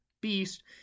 beast